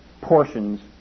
portions